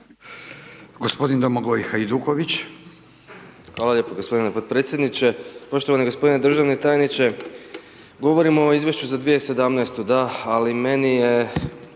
Hvala lijepo g. potpredsjedniče. Poštovani g. državni tajniče, govorimo o Izvješću za 2017., da, ali meni je